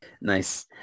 Nice